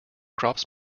crops